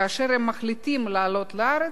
כאשר הם מחליטים לעלות לארץ,